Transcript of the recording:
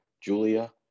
Julia